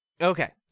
okay